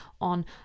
on